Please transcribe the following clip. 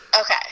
Okay